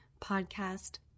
podcast